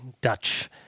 Dutch